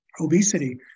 Obesity